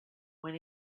when